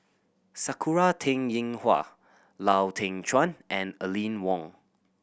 Sakura Teng Ying Hua Lau Teng Chuan and Aline Wong